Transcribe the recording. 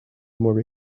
more